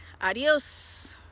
adios